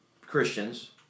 Christians—